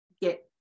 get